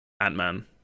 Ant-Man